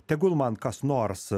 tegul man kas nors